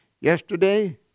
yesterday